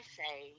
say